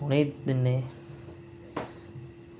उनें ई दिन्ने